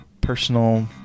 personal